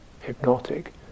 hypnotic